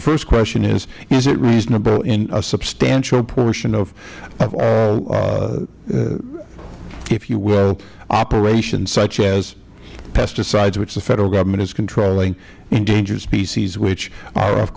the first question is is it reasonable in a substantial portion of all if you will operations such as pesticides which the federal government is controlling endangered species which are of